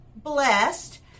Blessed